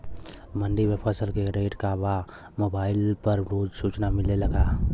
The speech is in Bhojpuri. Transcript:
मंडी में फसल के का रेट बा मोबाइल पर रोज सूचना कैसे मिलेला?